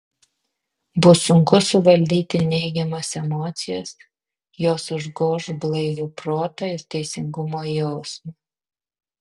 bus sunku suvaldyti neigiamas emocijas jos užgoš blaivų protą ir teisingumo jausmą